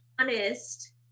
honest